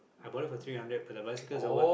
I bought it for three hundred but the bicycle's over